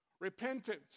Repentance